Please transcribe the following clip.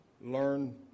learn